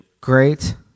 Great